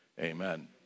Amen